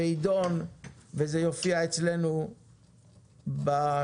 -- ויידון וזה יופיע אצלנו בסיכום